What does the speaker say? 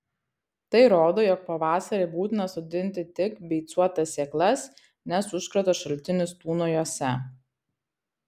tai rodo jog pavasarį būtina sodinti tik beicuotas sėklas nes užkrato šaltinis tūno jose